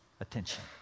attention